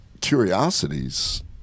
curiosities